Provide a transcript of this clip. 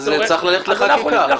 אז צריך ללכת לחקיקה.